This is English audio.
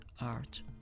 art